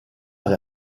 alla